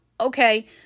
okay